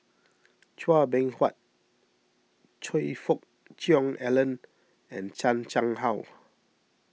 Chua Beng Huat Choe Fook Cheong Alan and Chan Chang How